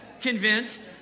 convinced